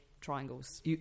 triangles